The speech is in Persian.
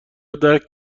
درک